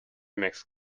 makes